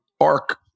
arc